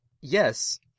Yes